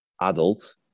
adult